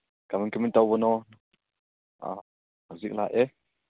ꯀꯃꯥꯏ ꯀꯃꯥꯏꯅ ꯇꯧꯕꯅꯣ ꯍꯧꯖꯤꯛ ꯂꯥꯛꯑꯦ